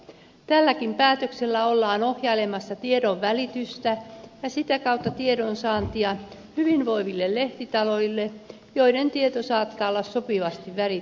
tälläkin päätöksellä ollaan ohjailemassa tiedonvälitystä ja sitä kautta tiedonsaantia hyvinvoiville lehtitaloille joiden tieto saattaa olla sopivasti värittynyttä